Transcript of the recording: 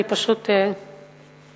אני פשוט נסחפתי.